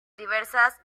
diversas